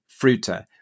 fruta